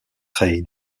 reid